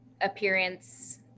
appearance